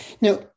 Now